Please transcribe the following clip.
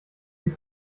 die